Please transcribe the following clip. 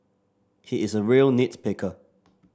he is a real nit picker